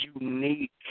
unique